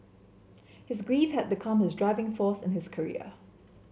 his grief had become his driving force in his career